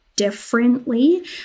differently